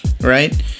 right